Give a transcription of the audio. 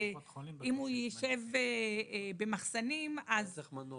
ואם הוא ישב במחסנים --- למה צריך מנוף?